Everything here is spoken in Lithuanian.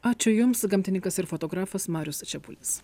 ačiū jums gamtininkas ir fotografas marius čepulis